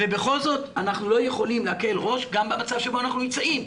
ובכל זאת אנחנו לא יכולים להקל ראש גם במצב שבו אנחנו נמצאים.